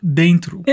dentro